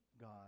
god